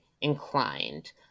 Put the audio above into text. inclined